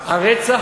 הרצח